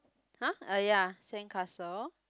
!huh! uh ya sandcastle